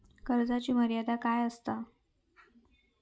कर्जाची मर्यादा काय असता?